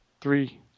Three